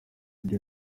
ibyo